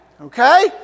Okay